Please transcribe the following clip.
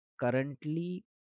currently